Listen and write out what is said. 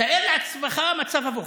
תאר לעצמך מצב הפוך.